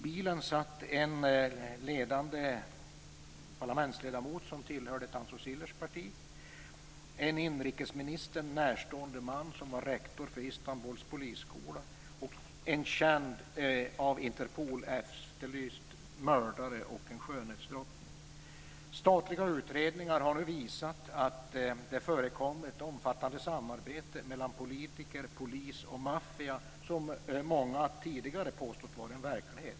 I bilen satt en ledande parlamentsledamot som tillhörde Tansu Çillers parti, en inrikesministern närstående man som var rektor för Istanbuls polisskola, en känd av Interpol efterlyst mördare och en skönhetsdrottning. Statliga utredningar har nu visat att det förekommit omfattande samarbete mellan politiker, polis och maffia, som många tidigare påstått var en verklighet.